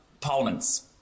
parliaments